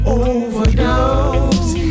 overdose